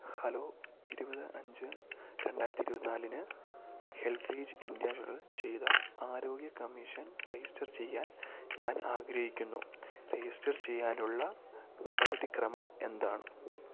hello ഇരുപത് അഞ്ച് രണ്ടായിരത്തി ഇരുപത്തിനാലിന് ഹെൽപേജ് ഇന്ത്യ ചെയ്ത ആരോഗ്യ കമ്മീഷൻ രജിസ്റ്റർ ചെയ്യാൻ ഞാനാഗ്രഹിക്കുന്നു രജിസ്റ്റർ ചെയ്യാനുള്ള നടപടിക്രമമെന്താണ്